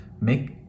make